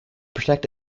protect